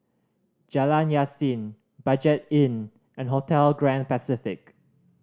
Jalan Yasin Budget Inn and Hotel Grand Pacific